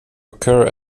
occur